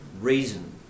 reason